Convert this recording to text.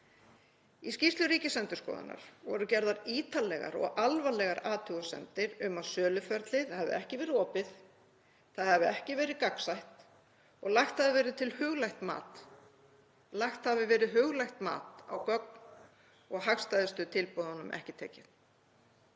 Í skýrslu Ríkisendurskoðunar voru gerðar ítarlegar og alvarlegar athugasemdir um að söluferlið hafi ekki verið opið, það hafi ekki verið gagnsætt og lagt hafi verið huglægt mat á gögn og hagstæðustu tilboðunum ekki tekið.